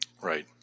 Right